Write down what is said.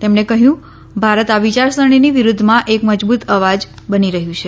તેમણે કહ્યું ભારત આ વિચારસરણીની વિરૂધ્ધમાં એક મજબૂત અવાજ બની રહ્યું છે